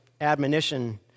admonition